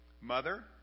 mother